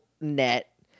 net